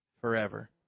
forever